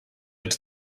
ets